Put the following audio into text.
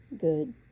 Good